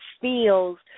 feels